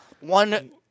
One